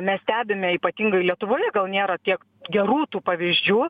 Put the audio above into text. mes stebime ypatingai lietuvoje gal nėra tiek gerų tų pavyzdžių